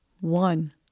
One